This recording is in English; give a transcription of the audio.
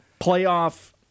Playoff